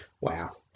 Wow